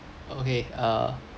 okay uh